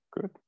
good